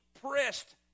pressed